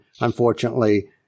unfortunately